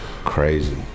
crazy